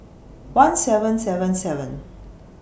one seven seven seven